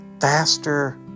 faster